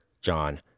John